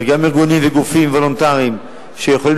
וגם ארגונים וגופים וולונטריים שיכולים